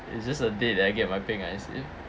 it's just a date that I get my pink I_C